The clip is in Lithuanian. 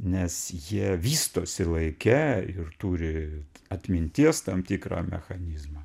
nes jie vystosi laike ir turi atminties tam tikrą mechanizmą